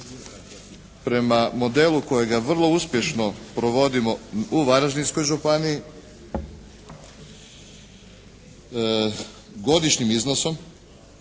prema modelu kojega vrlo uspješno provodimo u Varaždinskoj županiji godišnjim iznosom